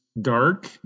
dark